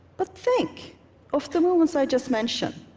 but think of the moments i just mentioned.